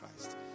Christ